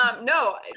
no